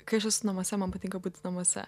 kai aš esu namuose man patinka būti namuose